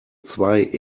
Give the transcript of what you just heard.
zwei